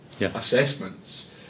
assessments